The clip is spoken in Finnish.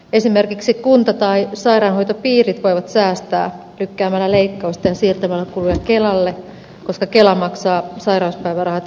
esimerkiksi kunta tai sairaanhoitopiirit voivat säästää lykkäämällä leikkausta ja siirtämällä kuluja kelalle koska kela maksaa sairauspäivärahat jonotusajalta